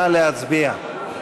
נא להצביע.